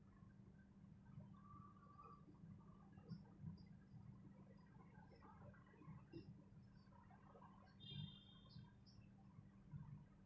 it